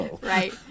right